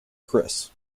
chris